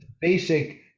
basic